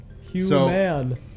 human